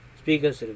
speakers